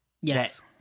Yes